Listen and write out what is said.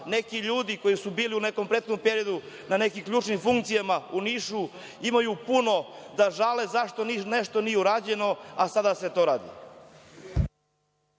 neki ljudi koji su bili u nekom prethodnom periodu na nekim ključnim funkcijama u Nišu imaju puno da žale zašto u Nišu nešto nije urađeno a sada se to radi.